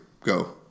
Go